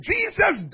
Jesus